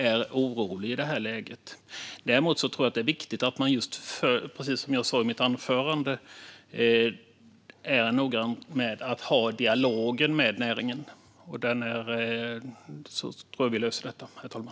Som jag sa i mitt huvudanförande tror jag att det är viktigt att man är noga med att ha dialog med näringen. Då tror jag att vi löser detta, herr talman.